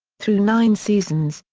through nine seasons,